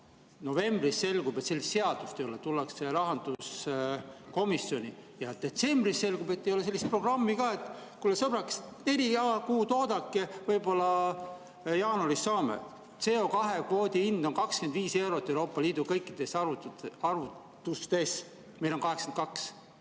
Novembris selgub, et sellist seadust ei ole, tullakse rahanduskomisjoni, ja detsembris selgub, et ei ole sellist programmi ka – kuulge sõbrad, neli kuud oodake, võib-olla jaanuaris saame. CO2kvoodi hind on 25 eurot Euroopa Liidu kõikide arvutuste järgi, aga meil on 82.